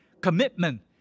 commitment